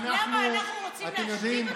אנחנו נגרום לזה להיכנס.